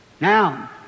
Now